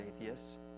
atheists